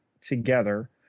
together